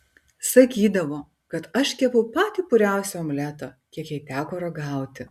sakydavo kad aš kepu patį puriausią omletą kiek jai teko ragauti